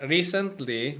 Recently